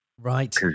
Right